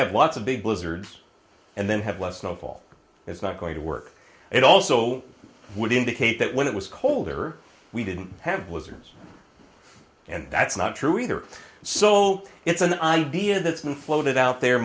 have lots of big blizzards and then have less snow fall is not going to work it also would indicate that when it was colder we didn't have was and that's not true either so it's an idea that's been floated out there